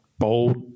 Bold